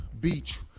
beach